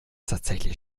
tatsächlich